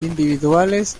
individuales